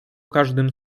każdym